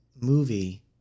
movie